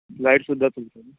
गाईडसुद्धा तुमचं